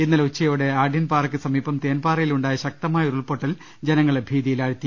ഇന്നലെ ഉച്ചയോടെ ആഢ്യൻപാറക്ക് സമീപം തേൻപാറയിലുണ്ടായ ശക്തമായ ഉരുൾപൊട്ടൽ ജനങ്ങളെ ഭീതിയിലാഴ്ത്തി